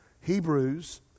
Hebrews